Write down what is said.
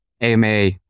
AMA